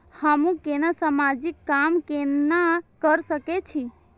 हमू केना समाजिक काम केना कर सके छी?